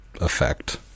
effect